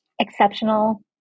exceptional